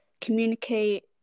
communicate